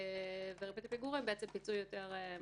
וריבית הפיגורים זה פיצוי יותר משמעותי.